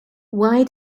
why